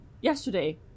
yesterday